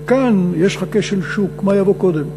וכאן יש לך כשל שוק, מה יבוא קודם: